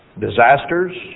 disasters